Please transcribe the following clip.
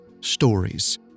Stories